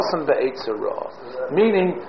meaning